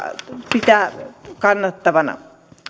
pitää kannattavana